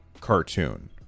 cartoon